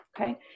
okay